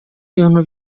ibintu